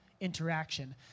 interaction